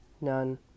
none